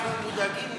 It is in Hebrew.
אנחנו מודאגים,